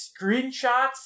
screenshots